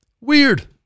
Weird